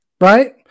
Right